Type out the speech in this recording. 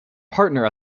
partner